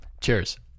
Cheers